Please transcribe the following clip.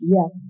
Yes